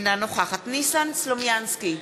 אינה נוכחת ניסן סלומינסקי,